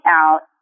out